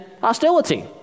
hostility